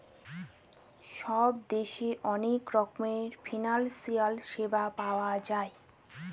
সব দেশে অনেক রকমের ফিনান্সিয়াল সেবা পাওয়া যায়